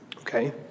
Okay